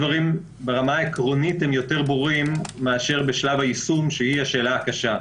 שהיא השאלה הקשה.